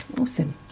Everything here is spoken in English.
Awesome